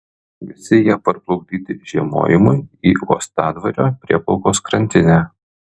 visi jie parplukdyti žiemojimui į uostadvario prieplaukos krantinę